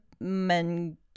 men